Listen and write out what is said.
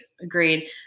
Agreed